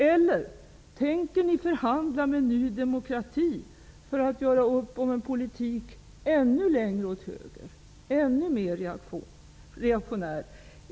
Eller tänker ni förhandla med Ny demokrati för att göra upp om en politik som är ännu längre åt höger och ännu mer reaktionär?